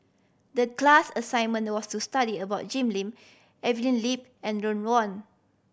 the class assignment was to study about Jim Lim Evelyn Lip and Ron Wong